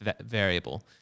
variable